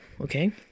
okay